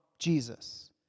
Jesus